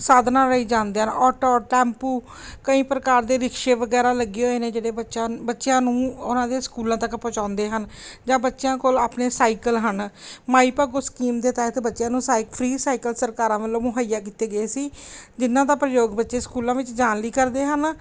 ਸਾਧਨਾਂ ਰਾਹੀਂ ਜਾਂਦੇ ਹਨ ਆਟੋ ਟੈਂਪੂ ਕਈ ਪ੍ਰਕਾਰ ਦੇ ਰਿਕਸ਼ੇ ਵਗੈਰਾ ਲੱਗੇ ਹੋਏ ਨੇ ਜਿਹੜੇ ਬੱਚਾ ਬੱਚਿਆਂ ਨੂੰ ਉਹਨਾਂ ਦੇ ਸਕੂਲਾਂ ਤੱਕ ਪਹੁੰਚਾਉਂਦੇ ਹਨ ਜਾਂ ਬੱਚਿਆਂ ਕੋਲ ਆਪਣੇ ਸਾਈਕਲ ਹਨ ਮਾਈ ਭਾਗੋ ਸਕੀਮ ਦੇ ਤਹਿਤ ਬੱਚਿਆਂ ਨੂੰ ਸਾਇਕ ਫਰੀ ਸਾਈਕਲ ਸਰਕਾਰਾਂ ਵੱਲੋਂ ਮੁਹੱਈਆ ਕੀਤੇ ਗਏ ਸੀ ਜਿਨ੍ਹਾਂ ਦਾ ਪ੍ਰਯੋਗ ਬੱਚੇ ਸਕੂਲਾਂ ਵਿੱਚ ਜਾਣ ਲਈ ਕਰਦੇ ਹਨ